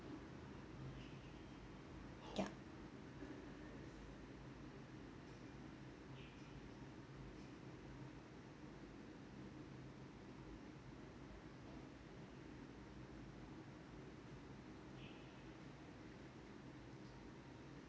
yup